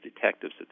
detectives